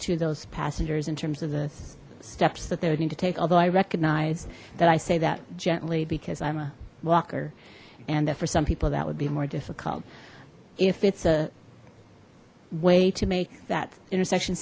to those passengers in terms of the steps that they would need to take although i recognize that i say that gently because i'm a walker and that for some people that would be more difficult if it's a way to make that intersection